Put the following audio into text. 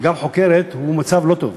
וגם חוקרת הוא מצב לא טוב,